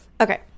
okay